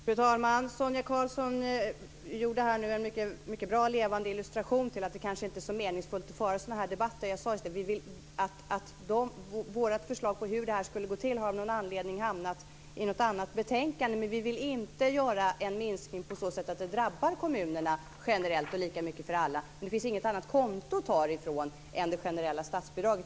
Fru talman! Sonia Karlsson gjorde här en mycket bra och levande illustration till att det kanske inte är så meningsfullt att föra sådana här debatter. Vårt förslag till hur detta ska gå till har av någon anledning hamnat i något annat betänkande. Men vi vill inte göra en minskning på ett sådant sätt att det drabbar kommunerna generellt och lika mycket för alla. Men det finns inget annat konto att ta det ifrån än det generella statsbidraget.